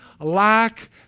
lack